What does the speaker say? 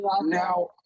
Now